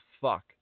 fuck